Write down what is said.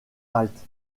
halte